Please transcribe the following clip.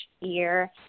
year